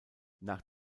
nach